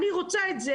אני רוצה את זה,